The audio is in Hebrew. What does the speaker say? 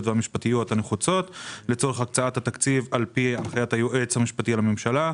והמשפטיות הנחוצות לצורך הקצאת התקציב על פי הנחיית היועץ המשפטי לממשלה.